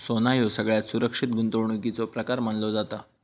सोना ह्यो सगळ्यात सुरक्षित गुंतवणुकीचो प्रकार मानलो जाता